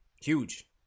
huge